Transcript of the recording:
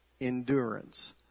endurance